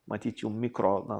matyt jų mikro na